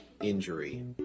injury